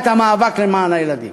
שניהלה את המאבק למען הילדים.